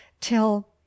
till